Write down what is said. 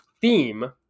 theme